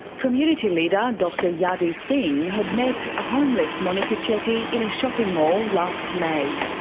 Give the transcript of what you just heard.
community leader dr yadu singh had met a homeless monika chetty in a shopping mall last may.